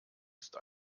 ist